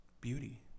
beauty